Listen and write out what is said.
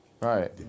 right